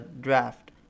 draft